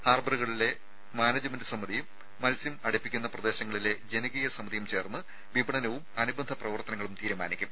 ഹാർബറുകളിലെ management സമിതിയും മത്സ്യം അടുപ്പിക്കുന്ന പ്രദേശങ്ങളിലെ ജനകീയ സമിതിയും ചേർന്ന് വിപണനവും അനുബന്ധ പ്രവർത്തനങ്ങളും തീരുമാനിക്കും